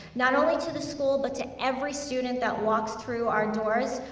not only to the school, but to every student that walks through our doors.